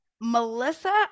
melissa